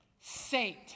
Saint